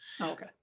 Okay